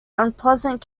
unpleasant